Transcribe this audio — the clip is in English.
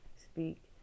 speak